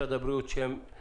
ולעסקים האלה שפחות הם שורדים.